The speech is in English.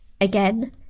again